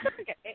okay